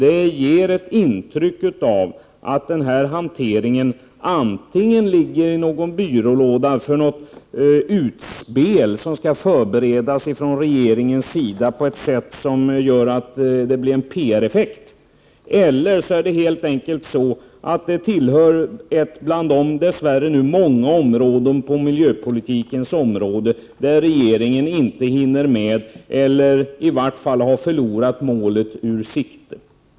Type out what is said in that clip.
Det ger ett intryck 157 av att det här ärendet ligger i någon byrålåda i väntan på något utspel som regeringen förbereder för att åstadkomma en PR-effekt. Eller också är det helt enkelt så att det är ett av de nu dess värre många områden inom miljöpolitiken där regeringen inte hinner med eller i varje fall har förlorat målet ur sikte.